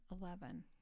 eleven